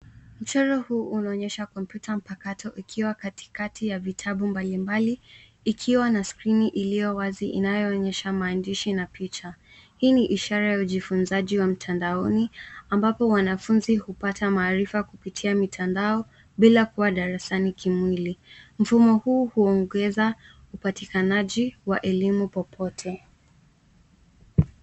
Mchoro huu unaonyesha kompyuta mpakato ikiwa katikati ya vitabu mbalimbali, ikiwa na skrini iliyo wazi inayoonyesha maandishi na picha. Hii ni ishara ya ujifunzaji wa mtandaoni, ambapo wanafunzi hupata maarifa kupitia mitandao bila kuwa darasani kimwili. Mfumo huu huongeza upatikanaji wa elimu popote.